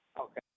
Okay